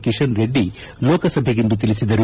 ಕಿತನ್ ರೆಡ್ಡಿ ಲೋಕಸಭೆಗಿಂದು ತಿಳಿಸಿದರು